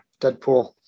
Deadpool